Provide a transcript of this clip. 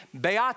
beati